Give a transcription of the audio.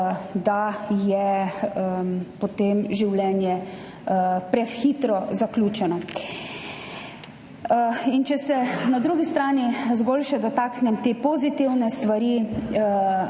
da je potem življenje prehitro zaključeno. Če se na drugi strani zgolj še dotaknem te pozitivne stvari,